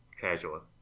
casual